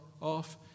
off